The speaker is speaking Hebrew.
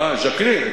ז'קלין.